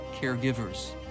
caregivers